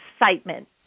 excitement